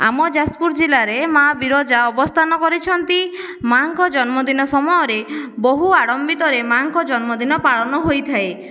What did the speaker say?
ଆମ ଯାଜପୁର ଜିଲ୍ଲାରେ ମା' ବିରଜା ଅବସ୍ଥାନ କରିଛନ୍ତି ମା'ଙ୍କ ଜନ୍ମଦିନ ସମୟରେ ବହୁ ଆଡ଼ମ୍ବିତରେ ମା'ଙ୍କ ଜନ୍ମଦିନ ପାଳନ ହୋଇଥାଏ